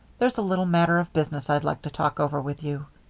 there's a little matter of business i'd like to talk over with you.